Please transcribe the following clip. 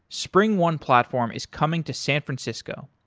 springone platform is coming to san francisco.